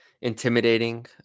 intimidating